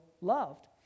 loved